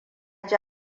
ji